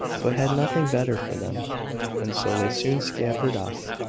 but had nothing better for them and so they soon scampered off,